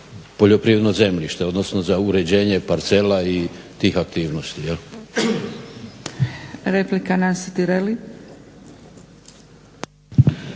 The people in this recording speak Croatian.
poljoprivredno zemljište, odnosno za uređenje parcela i tih aktivnosti